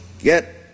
get